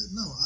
no